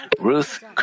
Ruth